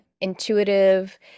intuitive